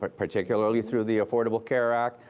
but particularly through the affordable care act,